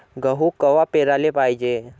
गहू कवा पेराले पायजे?